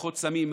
הברחות סמים.